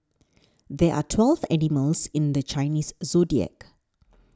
there are twelve animals in the Chinese zodiac